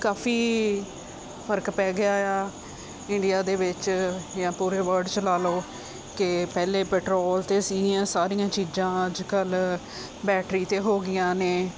ਕਾਫੀ ਫਰਕ ਪੈ ਗਿਆ ਆ ਇੰਡੀਆ ਦੇ ਵਿੱਚ ਜਾਂ ਪੂਰੇ ਵਰਡ 'ਚ ਲਾ ਲਓ ਕਿ ਪਹਿਲੇ ਪੈਟਰੋਲ 'ਤੇ ਸੀਗੀਆਂ ਸਾਰੀਆਂ ਚੀਜ਼ਾਂ ਅੱਜ ਕੱਲ੍ਹ ਬੈਟਰੀ 'ਤੇ ਹੋ ਗਈਆਂ ਨੇ